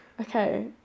Okay